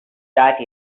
that